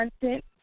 content